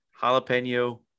jalapeno